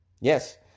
Yes